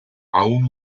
aún